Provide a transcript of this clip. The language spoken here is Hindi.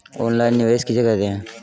ऑनलाइन निवेश किसे कहते हैं?